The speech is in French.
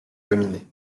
dominé